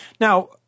Now